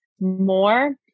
more